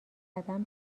قدم